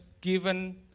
Given